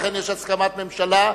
לכן יש הסכמת ממשלה,